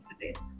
today